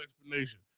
explanation